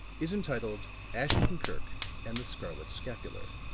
is entitled ashton-kirk and the scarlet scapular.